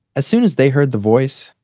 as soon as they heard the voice,